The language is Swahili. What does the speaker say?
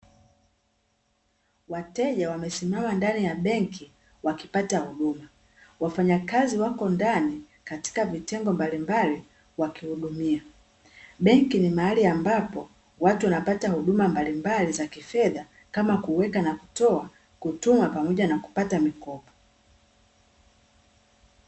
Wateja wamesimama ndani ya benki wakipata huduma, wafanyakazi wako ndani katika vitengo malimbali wakihudumia. Benki ni mahali ambapo watu wanapata huduma mbalimbali za kifedha kama kuweka na kutoa, kutuma pamoja na kupata mikopo.